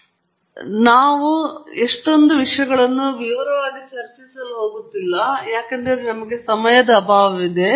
ನೀವು ತರಗತಿಗಳಲ್ಲಿ ಸ್ಪೀಕರ್ ಕೇಳುತ್ತಿದ್ದರೆ ಸ್ಪೀಕರ್ ನಿಮಗೆ ಸಾಕಷ್ಟು ಆಸಕ್ತಿದಾಯಕ ಸಿಗ್ನಲ್ ಅನ್ನು ಮಾತನಾಡಬೇಕಾಗಿದೆ ತರಗತಿಯಲ್ಲಿ ಶಬ್ದದ ಮೂಲಗಳಿಗೆ ಹೋಲಿಸಿದರೆ ಅಭಿಮಾನಿ ಅಥವಾ ಏರ್ ಕಂಡಿಷನರ್ ಕಾರಣದಿಂದಾಗಿರಬಹುದು ಮತ್ತು ಇತ್ಯಾದಿ